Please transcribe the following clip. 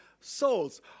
souls